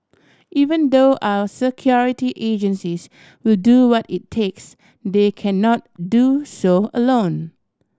even though our security agencies will do what it takes they cannot do so alone